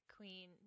Queen